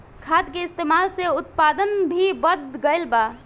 खाद के इस्तमाल से उत्पादन भी बढ़ गइल बा